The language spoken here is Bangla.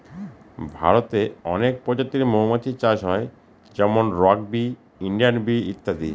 ভারতে অনেক প্রজাতির মৌমাছি চাষ হয় যেমন রক বি, ইন্ডিয়ান বি ইত্যাদি